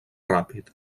ràpid